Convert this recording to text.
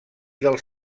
dels